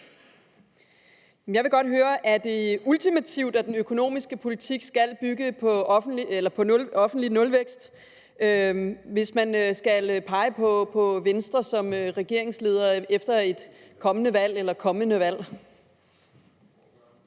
Jeg vil godt høre, om det er ultimativt, at den økonomiske politik skal bygge på offentlig nulvækst, hvis man skal pege på Venstre som ledende regeringsparti efter et kommende valg. Kl.